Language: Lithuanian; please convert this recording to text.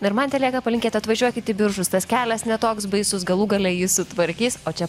ir man telieka palinkėt atvažiuokit į biržus tas kelias ne toks baisus galų gale jį sutvarkys o čia